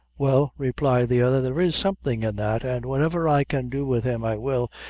well, replied the other, there is something in that, and whatever i can do with him, i will,